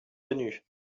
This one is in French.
venus